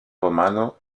romano